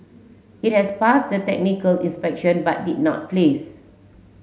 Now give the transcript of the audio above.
it had passed the technical inspection but did not place